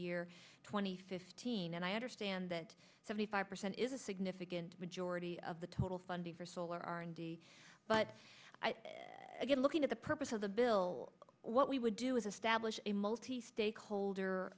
year twenty fifth tiene and i understand that seventy five percent is a significant majority of the total funding for solar r and d but again looking at the purpose of the bill what we would do is establish a multi stakeholder